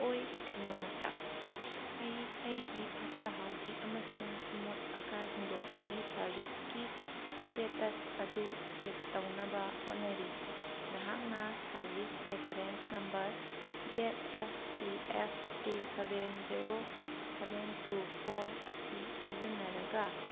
ꯑꯣꯏ ꯀꯩꯅꯣꯝꯃꯇ ꯑꯩ ꯑꯩꯒꯤ ꯐꯠꯇ ꯍꯥꯎꯗꯤ ꯑꯃꯁꯨꯡ ꯑꯃꯣꯠ ꯑꯀꯥꯏ ꯍꯨꯟꯗꯣꯛꯄꯒꯤ ꯁꯥꯔꯕꯤꯁꯀꯤ ꯏꯁꯇꯦꯇꯁ ꯑꯗꯨ ꯆꯦꯛ ꯇꯧꯅꯕ ꯍꯣꯠꯅꯔꯤ ꯅꯍꯥꯛꯅ service reference number Z F T F two seven zero seven two four ꯑꯁꯤ ꯁꯤꯖꯤꯟꯅꯔꯒ